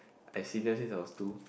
I see them since I was two